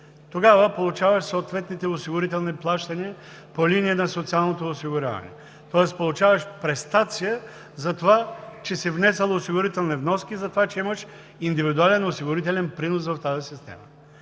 тогава получаваш съответните осигурителни плащания по линия на социалното осигуряване. Тоест получаваш престация за това, че си внесъл осигурителни вноски и че имаш индивидуален осигурителен принос в тази система.